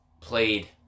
played